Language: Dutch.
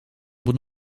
moet